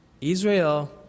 Israel